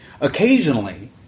occasionally